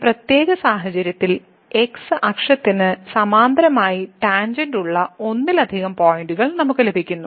ഈ പ്രത്യേക സാഹചര്യത്തിൽ x അക്ഷത്തിന് സമാന്തരമായി ടാൻജെന്റ് ഉള്ള ഒന്നിലധികം പോയിന്റുകൾ നമുക്ക് ലഭിക്കുന്നു